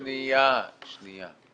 שנייה, שנייה.